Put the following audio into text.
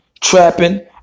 trapping